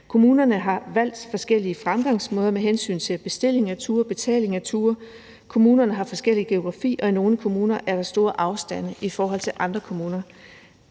Kommunerne har valgt forskellige fremgangsmåder med hensyn til bestilling af ture, betaling af ture. Kommunerne har forskellig geografi, og i nogle kommuner er der store afstande i forhold til andre kommuner.